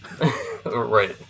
Right